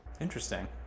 interesting